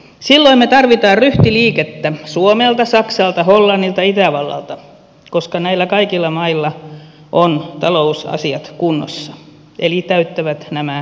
silloin me tarvitsemme ryhtiliikettä suomelta saksalta hollannilta itävallalta koska näillä kaikilla mailla on talousasiat kunnossa eli ne täyttävät nämä emun ehdot